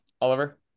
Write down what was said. Oliver